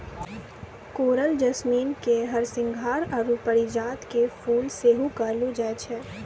coral jasmine के हरसिंहार आरु परिजात के फुल सेहो कहलो जाय छै